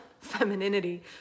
femininity